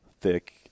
thick